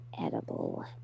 edible